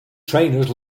trainers